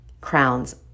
crowns